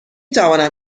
توانم